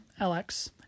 LX